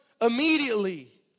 Immediately